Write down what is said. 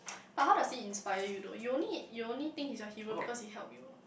but how does he inspire you though you only you only think he's a hero because he help you